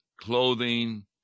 clothing